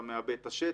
אתה מעבה את השטח,